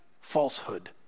falsehood